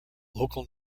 local